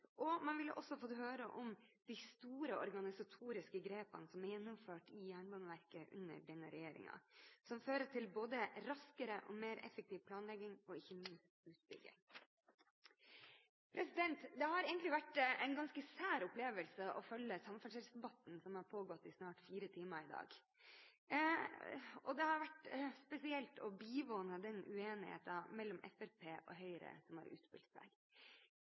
og man ville fått høre om de store organisatoriske grepene som er gjennomført i Jernbaneverket under denne regjeringen, og som fører til både raskere og mer effektiv planlegging og ikke minst utbygging. Det har vært en ganske sær opplevelse å følge samferdselsdebatten som har pågått i snart fire timer i dag, og det har vært spesielt å bivåne den uenigheten mellom Fremskrittspartiet og Høyre som har utspilt